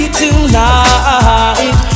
tonight